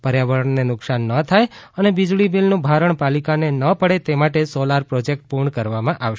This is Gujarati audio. પર્યાવરણને નુકસાન ન થાય અને વિજળીબીલનું ભારણ પાલિકાને ન પડે તે માટે સોલાર પ્રોજેકટ પૂર્ણ કરવામાં આવશે